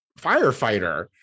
firefighter